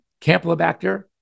Campylobacter